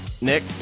Nick